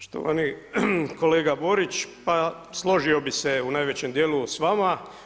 Štovani kolega Borić, pa složio bih se u najvećem dijelu sa vama.